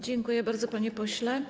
Dziękuję bardzo, panie pośle.